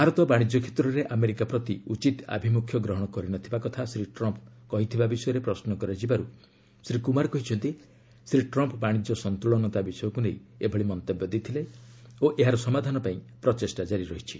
ଭାରତ ବାଣିଜ୍ୟ କ୍ଷେତ୍ରରେ ଆମେରିକା ପ୍ରତି ଉଚ୍ଚିତ ଆଭିମୁଖ୍ୟ ଗ୍ରହଣ କରିନଥିବା କଥା ଶ୍ରୀ ଟ୍ରମ୍ମ କହିଥିବା ବିଷୟରେ ପ୍ରଶ୍ନ କରାଯିବାରୁ ଶ୍ରୀ କୁମାର କହିଛନ୍ତି ଶ୍ରୀ ଟ୍ରମ୍ ବାଣିଜ୍ୟ ସନ୍ତୂଳନା ବିଷୟକ୍ତ ନେଇ ଏଭଳି ମନ୍ତବ୍ୟ ଦେଇଥିଲେ ଓ ଏହାର ସମାଧାନ ପାଇଁ ପ୍ରଚେଷ୍ଟା ଜାରି ରହିଛି